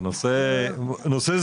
זה נושא זעום.